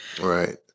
right